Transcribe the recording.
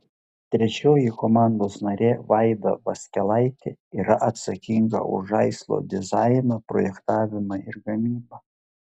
trečioji komandos narė vaida vaskelaitė yra atsakinga už žaislo dizainą projektavimą ir gamybą